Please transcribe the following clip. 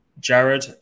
Jared